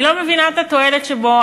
אני לא מבינה את התועלת בו.